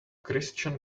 christian